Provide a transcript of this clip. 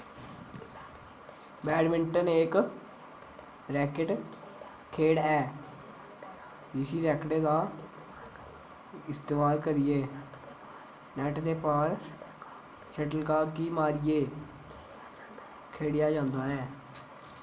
badminton इक racket खेढ ऐ जिस्सी रैकटें दा इस्तेमाल करियै नैट्ट दे पार शटलकाक गी मारियै खेढेआ जंदा ऐ